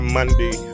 Monday